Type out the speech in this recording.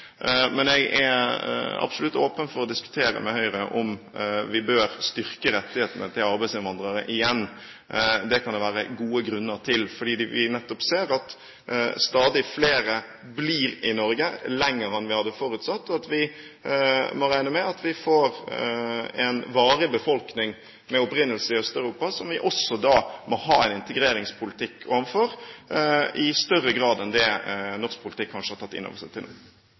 men jeg er absolutt åpen for å diskutere med Høyre om vi bør styrke rettighetene til arbeidsinnvandrere igjen. Det kan det være gode grunner til, fordi vi nettopp ser at stadig flere blir i Norge lenger enn vi hadde forutsatt, og at vi må regne med at vi får en varig befolkning med opprinnelse i Øst-Europa som vi også må ha en integreringspolitikk overfor, kanskje i større grad enn det norsk politikk har tatt inn over seg til nå.